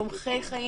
תומכי חיים,